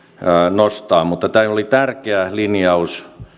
nostaa mutta tämä oli tärkeä linjaus